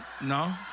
No